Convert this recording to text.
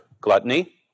gluttony